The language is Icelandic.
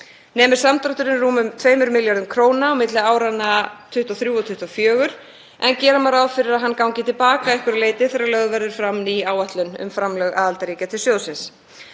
Nemur samdrátturinn rúmum 2 milljörðum kr. milli áranna 2023–2024 en gera má ráð fyrir að hann gangi til baka að einhverju leyti þegar lögð verður fram ný áætlun um framlög aðildarríkjanna til sjóðsins.